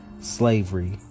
slavery